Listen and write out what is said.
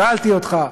שאלתי אותך: